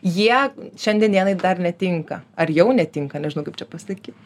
jie šiandien dienai dar netinka ar jau netinka nežinau kaip čia pasakyt